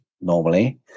normally